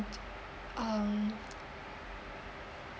um